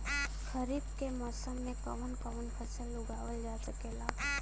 खरीफ के मौसम मे कवन कवन फसल उगावल जा सकेला?